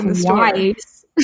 twice